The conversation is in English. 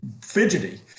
fidgety